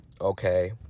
okay